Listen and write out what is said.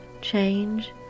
change